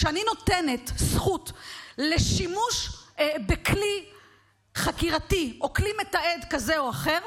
כשאני נותנת זכות לשימוש בכלי חקירתי או כלי מתעד כזה או אחר,